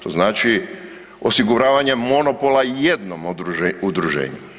To znači osiguravanje monopola jednom udruženju.